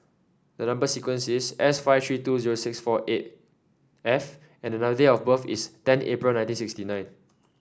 the number sequence is S five three two zero six four eight F and date of birth is ten April nineteen sixty nine